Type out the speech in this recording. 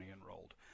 enrolled